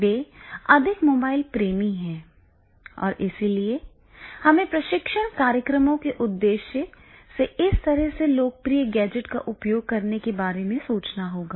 वे अधिक मोबाइल प्रेमी हैं और इसलिए हमें प्रशिक्षण कार्यक्रमों के उद्देश्य से इस तरह के लोकप्रिय गैजेट का उपयोग करने के बारे में सोचना होगा